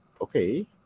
okay